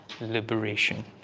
liberation